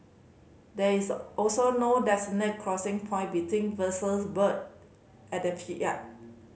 there is also no designated crossing point between vessels berthed at the pi yard